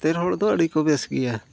ᱚᱱᱛᱮᱱ ᱦᱚᱲ ᱫᱚ ᱟᱹᱰᱤ ᱠᱚ ᱵᱮᱥ ᱜᱮᱭᱟ